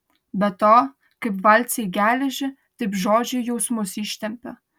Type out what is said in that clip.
be to kaip valcai geležį taip žodžiai jausmus ištempia